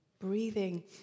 Breathing